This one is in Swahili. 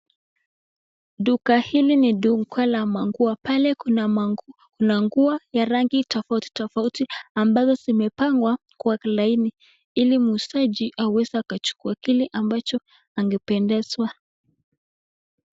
Duka hili ni duka la manguo, pale kuna nguo ya rangi tofautitofauti ambazo zimepangwa kwa laini ili muuzaji aweze akachukua kile ambacho angependezwa.